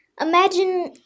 imagine